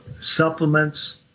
supplements